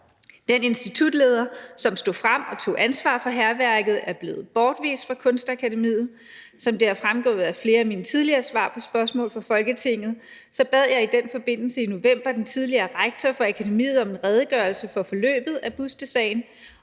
Den institutleder, som stod frem og tog ansvar for hærværket, er blevet bortvist fra Kunstakademiet. Som det er fremgået af flere af mine tidligere svar på spørgsmål fra Folketinget, bad jeg i den forbindelse i november den tidligere rektor for akademiet om en redegørelse for forløbet af bustesagen.